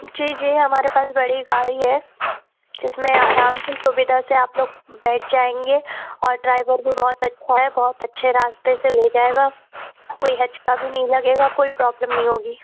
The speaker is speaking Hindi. जी जी हमारे पास बड़ी गाड़ी है इस में आराम से सुविधा से आप लोग बैठ जाएँगे और ड्राईवर भी बहुत अच्छा है बहुत अच्छे रास्ते से ले जाएगा कोई हचका भी नहीं लगेगा कोई प्रॉब्लम नहीं होगी